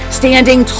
standing